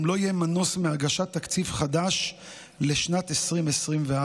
גם לא יהיה מנוס מהגשת תקציב חדש לשנת 2024,